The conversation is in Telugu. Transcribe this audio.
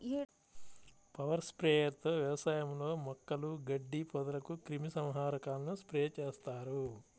పవర్ స్ప్రేయర్ తో వ్యవసాయంలో మొక్కలు, గడ్డి, పొదలకు క్రిమి సంహారకాలను స్ప్రే చేస్తారు